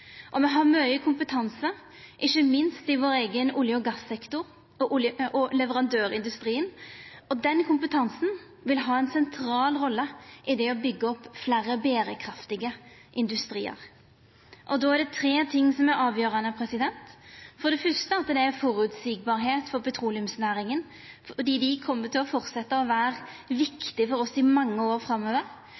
og me har mykje kompetanse, ikkje minst i vår eigen olje- og gassektor og i leverandørindustrien, og den kompetansen vil ha ei sentral rolle i det å byggja opp fleire berekraftige industriar. Då er det tre ting som er avgjerande. Det er for det fyrste at det er føreseielegheit for petroleumsnæringa, fordi ho kjem til å fortsetja å vera viktig for oss i mange år framover,